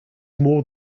more